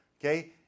okay